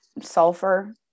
sulfur